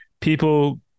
people